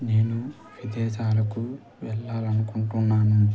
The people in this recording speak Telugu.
నేను విదేశాలకు వెళ్ళాలనుకుంటున్నాను